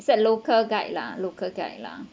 said local guide lah local guide lah